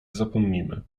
zapomnimy